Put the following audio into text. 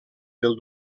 del